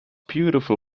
beautiful